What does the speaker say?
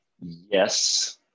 Yes